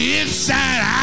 inside